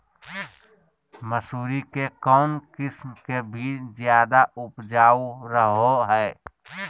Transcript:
मसूरी के कौन किस्म के बीच ज्यादा उपजाऊ रहो हय?